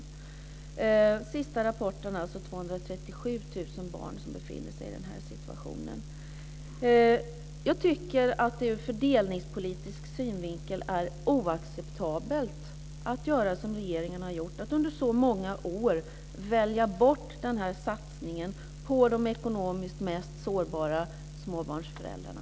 Den senaste rapporten visar alltså att det nu rör sig om 237 000 Jag tycker att det ur fördelningspolitisk synvinkel är oacceptabelt att göra som regeringen har gjort, att under så många år välja bort satsningen på de ekonomiskt mest sårbara småbarnsföräldrarna.